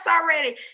already